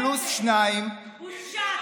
אז נורית היא אישה נשואה פלוס שניים, בושה.